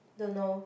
don't know